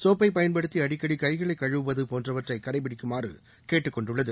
சோப்பை பயன்படுத்தி அடிக்கடி கைகளை கழுவுவது போன்றவற்றை கடைப்பிடிக்குமாறு கேட்டுக்கொண்டுள்ளது